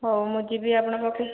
ହେଉ ମୁଁ ଯିବି ଆପଣଙ୍କ ପାଖକୁ